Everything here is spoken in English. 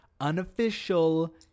unofficial